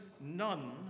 none